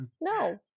No